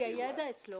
הידע נמצא אצלו.